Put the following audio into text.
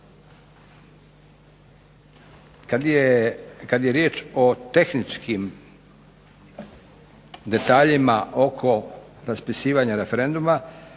Kada je riječ o tehničkim detaljima oko raspisivanja referenduma